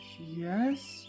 yes